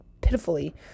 pitifully